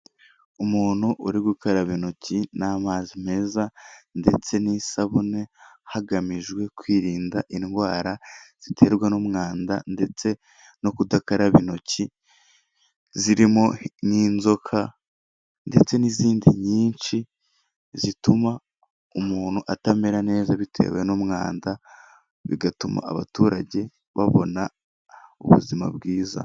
Umuntu uri gukaraba intoki n'amazi meza ndetse n'isabune, hagamijwe kwirinda indwara ziterwa n'umwanda ndetse no kudakaraba intoki, zirimo n'inzoka ndetse n'izindi nyinshi, zituma umuntu atamera neza bitewe n'umwanda, bigatuma abaturage babona ubuzima bwiza.